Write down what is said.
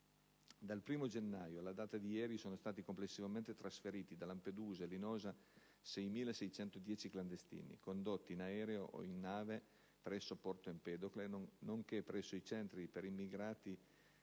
Dal 1° gennaio alla data di ieri sono stati complessivamente trasferiti da Lampedusa e Linosa 6.610 clandestini, condotti in aereo o in nave verso Porto Empedocle, nonché presso i centri per immigrati